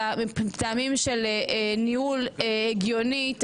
ניהול הגיוני,